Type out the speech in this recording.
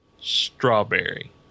Strawberry